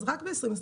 אז רק ב-2021,